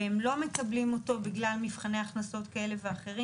והם לא מקבלים אותו בגלל מבחני הכנסות כאלה ואחרים.